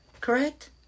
correct